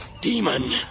Demon